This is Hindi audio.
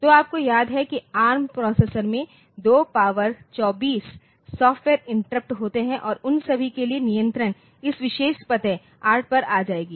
तो आपको याद है कि एआरएम प्रोसेसर में 224सॉफ्टवेयर इंटरप्ट होते हैं और उन सभी के लिए नियंत्रण इस विशेष पते 8 पर आ जाएगा